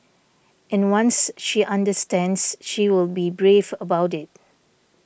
and once she understands she will be brave about it